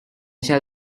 shall